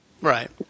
Right